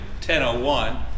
10.01